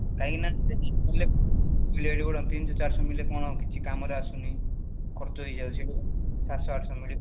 କାହିଁକି ନା ସେଠିକି ଗଲେ ଏଠି ଗୋଟେ ତିନିଶହ ଚାରିଶହ ମିଳିଲେ କ'ଣ କିଛି କାମରେ ଆସୁନି ଖର୍ଚ୍ଚ ହେଇ ଯାଉ ସାତଶହ ଆଠଶହ ମିଳିବ